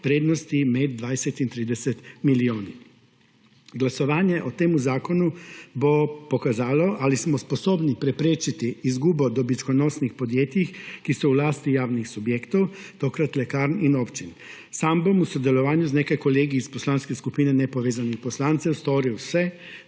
vrednosti med 20 in 30 milijoni. Glasovanje o tem zakonu bo pokazalo, ali smo sposobni preprečiti izgubo dobičkonosnih podjetij, ki so v lasti javnih subjektov, tokrat lekarn in občin. Sam bom v sodelovanju z nekaj kolegi iz Poslanske skupine nepovezanih poslancev storil vse,